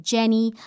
Jenny